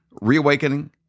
reawakening